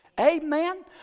Amen